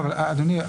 אבל, אדוני,